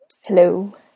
Hello